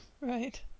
Right